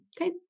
okay